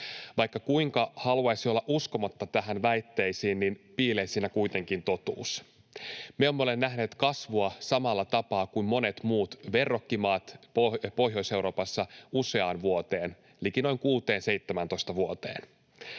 Vaikka kuinka haluaisi olla uskomatta tähän väitteeseen, niin piilee siinä kuitenkin totuus. Me emme ole nähneet kasvua samalla tapaa kuin monet muut verrokkimaat Pohjois-Euroopassa useaan vuoteen, liki noin 16—17 vuoteen.